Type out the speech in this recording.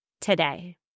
today